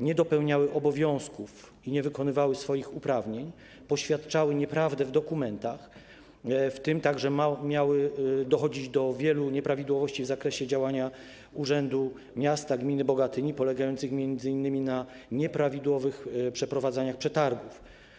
nie dopełniały obowiązków i nie wykonywały swoich uprawnień, poświadczały nieprawdę w dokumentach, w tym także miało dochodzić do wielu nieprawidłowości w zakresie działania Urzędu Miasta i Gminy Bogatyni, związanych m.in. z przeprowadzaniem przetargów.